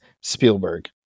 Spielberg